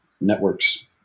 networks